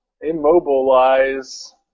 Immobilize